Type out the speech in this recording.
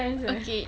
okay